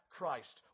Christ